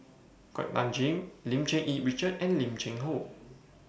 Kuak Nam Jin Lim Cherng Yih Richard and Lim Cheng Hoe